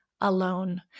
alone